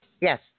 Yes